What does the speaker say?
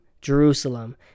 Jerusalem